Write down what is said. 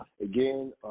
Again